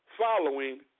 following